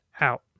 out